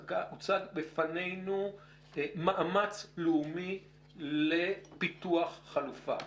הוצג בפנינו מאמץ לאומי לפיתוח חלופה.